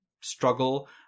struggle